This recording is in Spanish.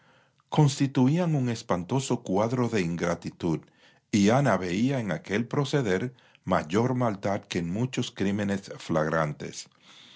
constituían un espantoso cuadro de ingratitud y ana veía en aquel proceder mayor maldad que en muchos crímenes flagrantes